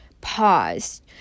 pause